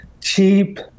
cheap